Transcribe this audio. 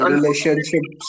Relationships